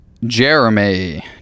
jeremy